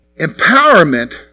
Empowerment